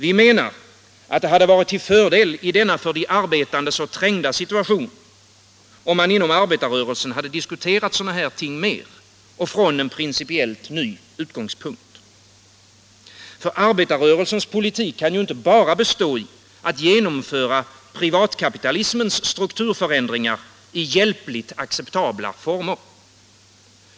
Vi menar att det hade varit till fördel i denna för de arbetande så trängda situation, om man inom arbetarrörelsen hade diskuterat sådana ting mer och från en principiellt ny utgångspunkt. Arbetarrörelsens politik kan ju inte bara bestå i att genomföra privatkapitalismens strukturförändringar i hjälpligt acceptabla former.